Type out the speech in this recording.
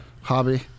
hobby